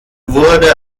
wurde